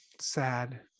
Sad